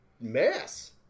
mess